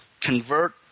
convert